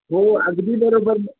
हो अगदी बरोबर